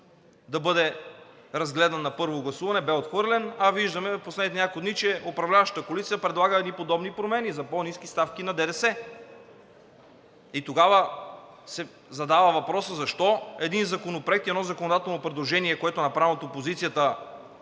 да бъде разгледан на първо гласуване, и беше отхвърлен, а в последните няколко дни виждаме, че управляващата коалиция предлага подобни промени за по-ниски ставки на ДДС. Тогава се задава въпросът: защо един законопроект и едно законодателно предложение, което е направено от опозицията,